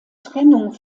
trennung